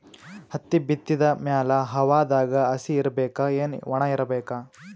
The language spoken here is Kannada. ಹತ್ತಿ ಬಿತ್ತದ ಮ್ಯಾಲ ಹವಾದಾಗ ಹಸಿ ಇರಬೇಕಾ, ಏನ್ ಒಣಇರಬೇಕ?